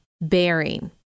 bearing